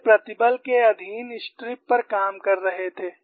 वे प्रतिबल के अधीन स्ट्रिप पर काम कर रहे थे